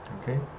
Okay